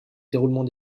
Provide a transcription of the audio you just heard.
déroulement